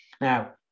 Now